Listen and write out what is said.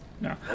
No